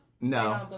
no